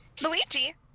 Luigi